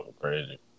crazy